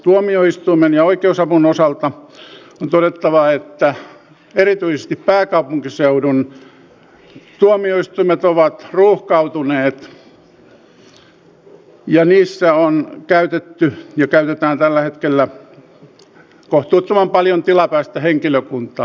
tuomioistuinten ja oikeusavun osalta on todettava että erityisesti pääkaupunkiseudun tuomioistuimet ovat ruuhkautuneet ja niissä on käytetty ja käytetään tällä hetkellä kohtuuttoman paljon tilapäistä henkilökuntaa